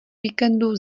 víkendu